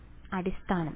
വിദ്യാർത്ഥി അടിസ്ഥാനം